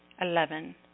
Eleven